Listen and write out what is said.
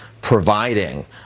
providing